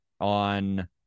on